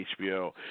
HBO